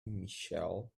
michelle